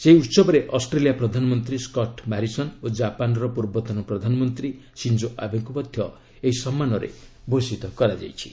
ସେହି ଉତ୍ସବରେ ଅଷ୍ଟ୍ରେଲିଆ ପ୍ରଧାନମନ୍ତ୍ରୀ ସ୍କଟ୍ ମ୍ୟାରିସନ୍ ଓ ଜାପାନ୍ର ପୂର୍ବତନ ପ୍ରଧାନମନ୍ତ୍ରୀ ସିଞ୍ଜୋ ଆବେଙ୍କୁ ମଧ୍ୟ ଏହି ସମ୍ମାନରେ ଭୂଷିତ କରାଯାଇଛି